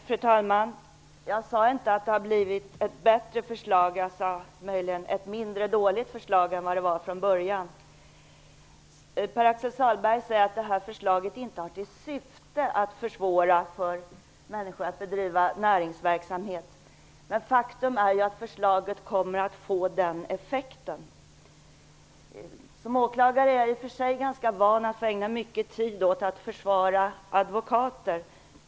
Fru talman! Jag sade inte att det har blivit ett bättre förslag, jag sade möjligen att det har blivit ett mindre dåligt förslag än vad det var från början. Pär-Axel Sahlberg säger att förslaget inte har till syfte att försvåra för människor att bedriva näringsverksamhet. Men faktum är ju att förslaget kommer att få den effekten. Som åklagare är jag i och för sig ganska van vid att ägna mycket tid åt att försvara advokater.